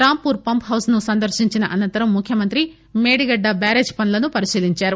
Rampur pump హౌజ్ను సందర్పించిన అనంతరం ముఖ్యమంత్రి మేడిగడ్డ బ్యారేజ్ పనులను పరిశీలించారు